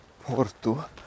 Porto